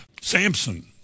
Samson